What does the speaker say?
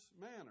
manner